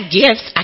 gifts